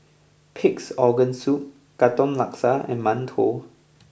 Pig'S Organ Soup Katong Laksa and Mantou